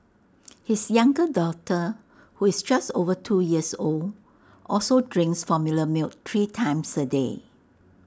his younger daughter who is just over two years old also drinks formula milk three times A day